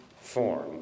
form